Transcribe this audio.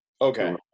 Okay